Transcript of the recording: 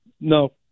No